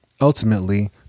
Ultimately